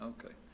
Okay